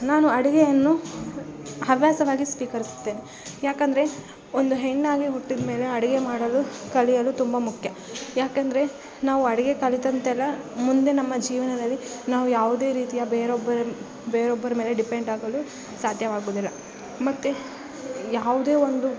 ನಾನು ಅಡುಗೆಯನ್ನು ಹವ್ಯಾಸವಾಗಿ ಸ್ವೀಕರಿಸುತ್ತೇನೆ ಯಾಕಂದರೆ ಒಂದು ಹೆಣ್ಣಾಗಿ ಹುಟ್ಟಿದಮೇಲೆ ಅಡುಗೆ ಮಾಡಲು ಕಲಿಯಲು ತುಂಬ ಮುಖ್ಯ ಯಾಕಂದರೆ ನಾವು ಅಡುಗೆ ಕಲಿತಂತೆಲ್ಲ ಮುಂದೆ ನಮ್ಮ ಜೀವನದಲ್ಲಿ ನಾವು ಯಾವುದೇ ರೀತಿಯ ಬೇರೊಬ್ಬರನ್ನ ಬೇರೋಬ್ಬರ ಮೇಲೆ ಡಿಪೆಂಡ್ ಆಗಲು ಸಾಧ್ಯವಾಗುವುದಿಲ್ಲ ಮತ್ತು ಯಾವುದೇ ಒಂದು